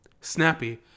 snappy